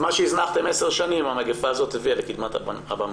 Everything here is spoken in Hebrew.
שהזנחתם 10 שנים המגפה הזאת הביאה לקדמת הבמה.